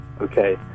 okay